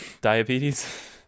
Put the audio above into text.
diabetes